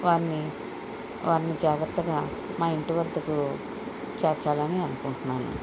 వారిని వారిని జాగ్రత్తగా మా ఇంటి వద్దకు చేర్చాలని అనుకుంటున్నాను